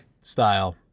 style